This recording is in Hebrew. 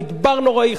במדבר נוראי,